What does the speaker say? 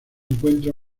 encuentra